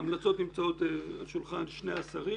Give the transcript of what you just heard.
ההמלצות נמצאות על שולחן שני השרים.